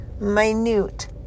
minute